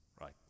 right